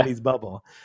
bubble